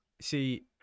See